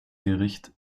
gericht